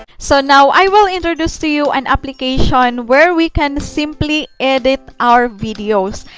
so now, i will introduce to you an application where we can simply edit our videos.